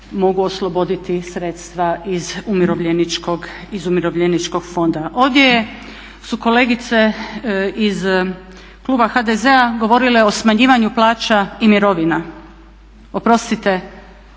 mogu osloboditi sredstva iz Umirovljeničkog fonda. Ovdje su kolegice iz kluba HDZ-a govorile o smanjivanju plaća i mirovina, oprostite